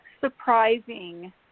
surprising